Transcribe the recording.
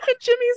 Jimmy's